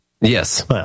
Yes